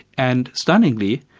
and stunningly,